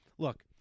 Look